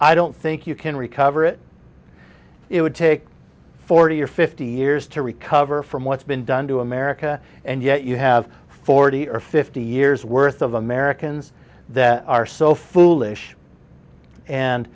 i don't think you can recover it it would take forty or fifty years to recover from what's been done to america and yet you have forty or fifty years worth of americans that are so foolish and